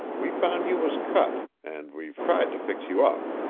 we found you was cut, and we've tried to fix you up.